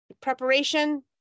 preparation